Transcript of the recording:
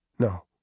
No